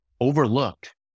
overlooked